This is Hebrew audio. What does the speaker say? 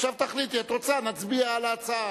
עכשיו תחליטי, אם את רוצה, נצביע על ההצעה.